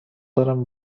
دارم